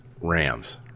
Rams